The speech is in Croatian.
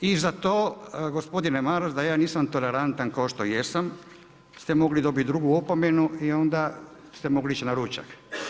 I za to gospodine Maras da ja nisam tolerantan kao što jesam ste mogli dobiti drugu opomenu i onda ste mogli ići na ručak.